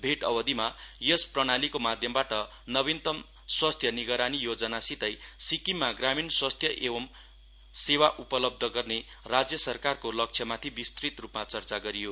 भैट अवधिमा यस प्रणालीको माध्यमबाट नविन्तम स्वास्थ्य निगरानी योजनासितै सिक्किममा ग्रामीण योजनासितै सिक्किममा ग्रामीण स्वास्थ्य सेवा उपलब्ध गर्ने राज्य सरकारको लक्ष्यमाथि विस्तृत रूपमा चर्चा गरियो